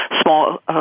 small